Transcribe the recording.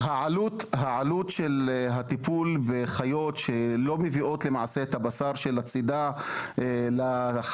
העלות של הטיפול בחיות שלא מביאות למעשה את הבשר של הצידה לצייד,